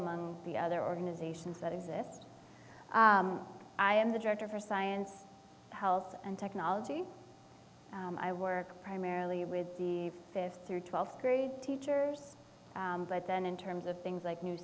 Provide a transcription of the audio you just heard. among the other organizations that exists i am the director for science health and technology i work primarily with the fifth or twelfth grade teachers but then in terms of things like new